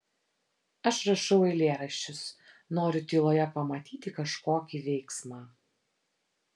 aš rašau eilėraščius noriu tyloje pamatyti kažkokį veiksmą